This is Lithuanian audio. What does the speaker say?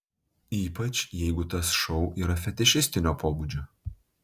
ypač jeigu tas šou yra fetišistinio pobūdžio